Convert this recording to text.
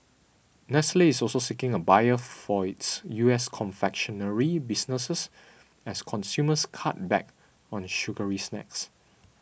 Nestle is also seeking a buyer for its U S confectionery businesses as consumers cut back on sugary snacks